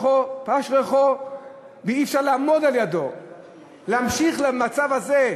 שבאש ריחו ואי-אפשר לעמוד על ידו להמשיך במצב הזה,